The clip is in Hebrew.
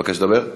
מבקש לדבר?